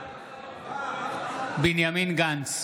בעד בנימין גנץ,